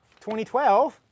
2012